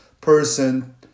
person